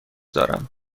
دارم